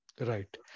Right